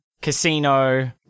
Casino